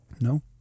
No